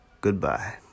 Goodbye